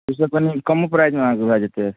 ईसब कनी कम्मो प्राइस मे अहाँके भए जेतै